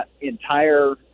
entire